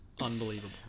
unbelievable